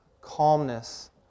calmness